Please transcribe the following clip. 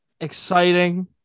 exciting